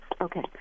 Okay